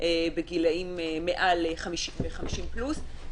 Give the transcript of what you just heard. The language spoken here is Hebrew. בגילים מעל 50 פלוס.